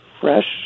fresh